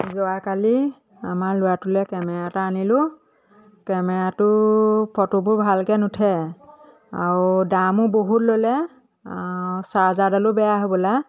যোৱাকালি আমাৰ ল'ৰাটোলে কেমেৰা এটা আনিলোঁ কেমেৰাটো ফটোবোৰ ভালকে নুঠে আৰু দামো বহুত ল'লে চাৰ্জাৰডালো বেয়া হবলা